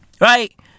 right